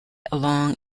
along